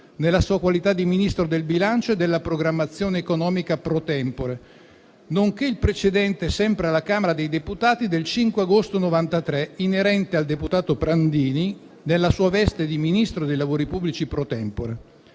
nella sua qualità di Ministro del bilancio e della programmazione economica *pro tempore*, nonché il precedente, sempre della Camera dei deputati, del 5 agosto 1993 inerente al deputato Prandini nella sua veste di Ministro dei lavori pubblici *pro tempore.*